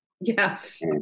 Yes